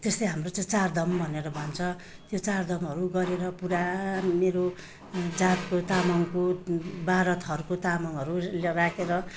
त्यस्तै हाम्रो चाहिँ चारदाम भनेर भन्छ त्यो चारदामहरू गरेर पुरा मेरो जातको तामाङको बाह्र थरको तामाङहरू राखेर